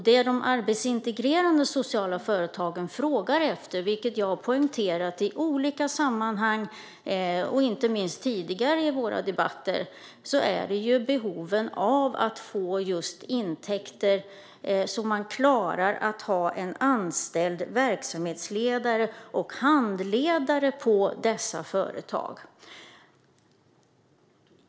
Det de arbetsintegrerande sociala företagen tar upp - vilket jag har poängterat i olika sammanhang, inte minst i våra tidigare debatter - är behovet av att få intäkter så att de klarar att ha en anställd verksamhetsledare och handledare på dessa företag.